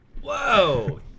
Whoa